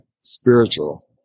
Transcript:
spiritual